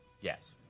Yes